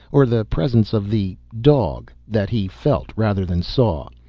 or the presence of the dog that he felt rather than saw.